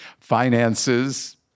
finances